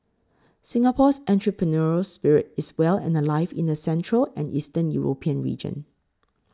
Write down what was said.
Singapore's entrepreneurial spirit is well and alive in the central and Eastern European region